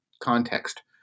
context